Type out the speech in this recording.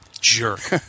jerk